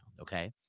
okay